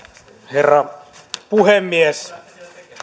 herra puhemies